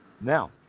now